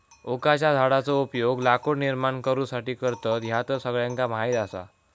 ओकाच्या झाडाचो उपयोग लाकूड निर्माण करुसाठी करतत, ह्या तर सगळ्यांका माहीत आसा